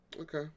Okay